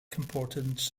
importance